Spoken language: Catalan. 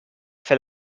fer